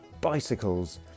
bicycles